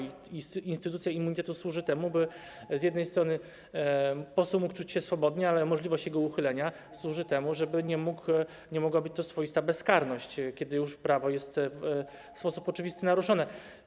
Instytucja immunitetu służy temu, by z jednej strony poseł mógł czuć się swobodnie, ale możliwość jego uchylenia służy temu, żeby nie mogła być to swoista bezkarność, kiedy prawo jest już w sposób oczywisty naruszone.